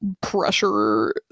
pressure